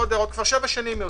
כבר שבע שנים.